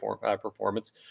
performance